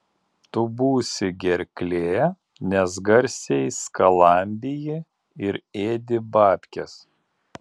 tu būsi gerklė nes garsiai skalambiji ir ėdi babkes